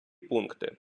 пункти